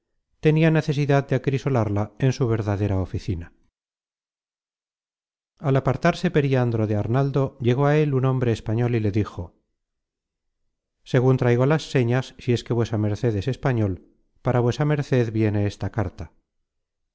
tenia necesidad de acrisolarla en su verdadera oficina content from google book search generated at al apartarse periandro de arnaldo llegó a él un hombre español y le dijo segun traigo las señas si es que vuesa merced es español para vuesa merced viene esta carta